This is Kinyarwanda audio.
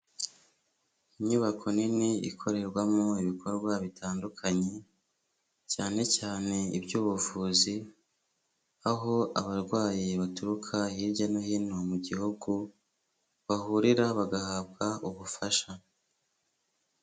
Inyubako nini ikorerwamo ibikorwa bitandukanye cyane cyane iby'ubuvuzi aho abarwayi baturuka hirya no hino mu gihugu bahurira bagahabwa ubufasha.